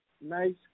nice